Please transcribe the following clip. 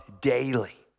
daily